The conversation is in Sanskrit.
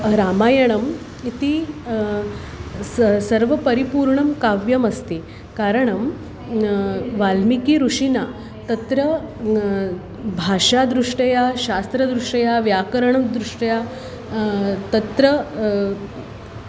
रामायणम् इति स सर्वपरिपूर्णं काव्यमस्ति कारणं वाल्मीकि ऋषिणा तत्र भाषादृष्ट्या शास्त्रदृष्ट्या व्याकरणदृष्ट्या तत्र